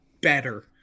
better